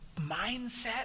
mindset